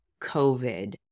COVID